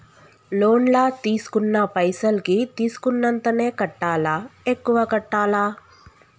Loan లా తీస్కున్న పైసల్ కి తీస్కున్నంతనే కట్టాలా? ఎక్కువ కట్టాలా?